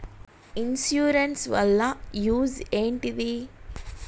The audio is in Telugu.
ఇన్సూరెన్స్ వాళ్ల యూజ్ ఏంటిది?